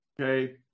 okay